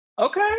Okay